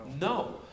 No